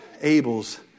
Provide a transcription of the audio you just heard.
Abel's